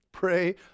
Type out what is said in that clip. Pray